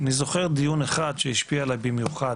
אני זוכר דיון אחד שהשפיע עליי במיוחד.